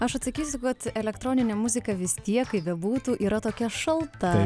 aš atsakysiu kad elektroninė muzika vis tiek kaip bebūtų yra tokia šalta